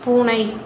பூனை